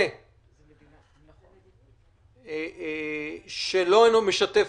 חולה שאינו משתף